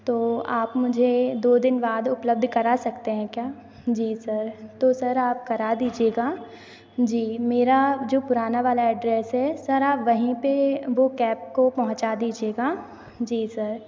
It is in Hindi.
तो आप मुझे दो दिन बाद उपलब्ध करा सकते हैं क्या जी सर तो सर आप करा दीजिएगा जी मेरा जो पुराना वाला एड्रेस है सर आप वहीं पर वो कैप को पहुँचा दीजिएगा जी सर